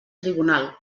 tribunal